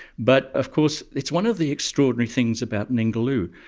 but of course it's one of the extraordinary things about ningaloo,